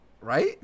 Right